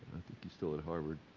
he's still at harvard.